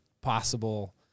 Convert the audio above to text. possible